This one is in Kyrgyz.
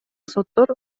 соттор